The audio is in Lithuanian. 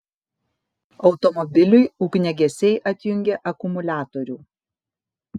automobiliui ugniagesiai atjungė akumuliatorių